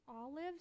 olives